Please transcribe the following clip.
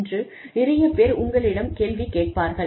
என்று நிறையப் பேர் உங்களிடம் கேள்வி கேட்பார்கள்